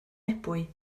ebwy